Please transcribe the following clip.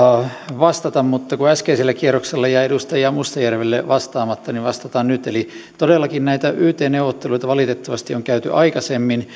vastata mutta kun äskeisellä kierroksella jäi edustaja mustajärvelle vastaamatta niin vastataan nyt eli todellakin näitä yt neuvotteluita valitettavasti on käyty aikaisemmin